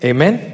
Amen